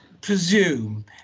presume